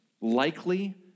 likely